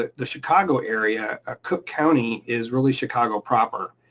ah the chicago area, a cook county is really chicago proper.